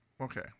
okay